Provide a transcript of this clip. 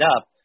up